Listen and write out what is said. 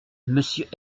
monsieur